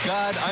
God